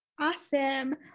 Awesome